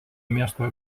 miesto